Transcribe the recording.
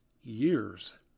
years